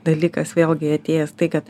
dalykas vėlgi atėjęs tai kad